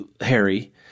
Harry